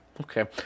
Okay